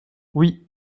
oui